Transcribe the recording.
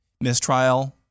Mistrial